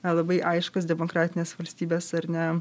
labai aiškūs demokratinės valstybės ar ne